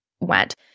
went